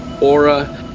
Aura